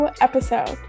episode